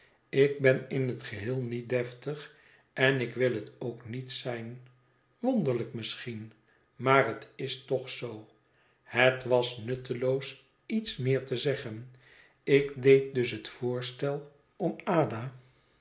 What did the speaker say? ik ben in het geheel niet deftig en ik wil het ook niet zijn wonderlijk misschien maar het is toch zoo het was nutteloos iets meer te zeggen ik deed dus het voorstel om ada